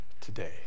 today